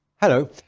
Hello